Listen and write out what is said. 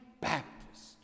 Baptist